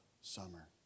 summer